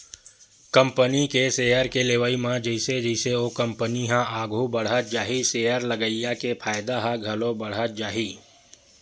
company के share के लेवई म जइसे जइसे ओ कंपनी ह आघू बड़हत जाही सेयर लगइया के फायदा ह घलो बड़हत जाही